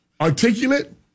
Articulate